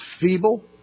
feeble